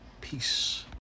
Peace